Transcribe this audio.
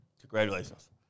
Congratulations